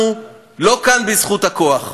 אנחנו לא כאן בזכות הכוח,